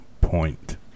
point